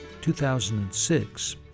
2006